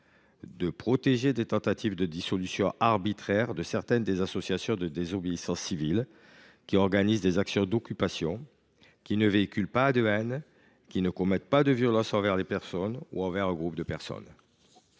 et protéger des tentatives de dissolution arbitraire certaines associations de désobéissance civile, qui organisent des actions d’occupation, qui ne véhiculent pas de haine, qui ne commettent pas de violences envers les personnes ou groupes de personnes.